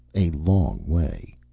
a long way.